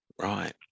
Right